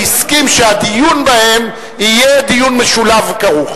הסכים שהדיון בהם יהיה דיון משולב וכרוך.